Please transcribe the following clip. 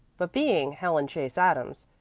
but being helen chase adams,